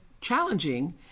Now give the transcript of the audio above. challenging